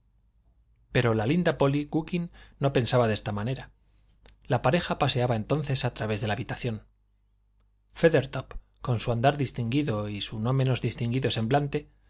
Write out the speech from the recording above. pero la linda polly gookin no pensaba de esta manera la pareja paseaba entonces a través de la habitación feathertop con su andar distinguido y su no menos distinguido semblante